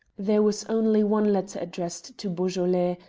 there was only one letter addressed to beaujolais,